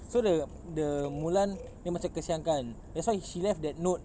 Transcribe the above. so the the mulan dia macam kasihan kan that's why she left that note